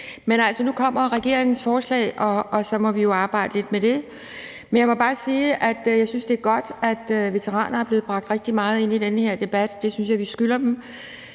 nu kommer regeringens forslag, og så må vi jo arbejde lidt med det. Jeg må bare sige, at jeg synes, det er godt, at veteraner er blevet bragt rigtig meget ind i den her debat. Det synes jeg vi skylder dem.